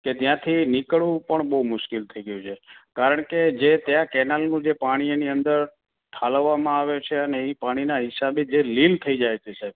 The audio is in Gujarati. કે ત્યાંથી નીકળવું પણ બહુ મુશ્કેલ થઈ ગયું છે કારણકે જે ત્યાં કેનાલનું જે પાણી એની અંદર ઠાલવવામાં આવે છે અને એ પાણીના હિસાબે જે લીલ થઈ જાય છે સાહેબ